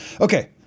Okay